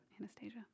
Anastasia